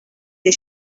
des